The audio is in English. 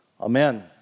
Amen